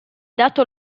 dato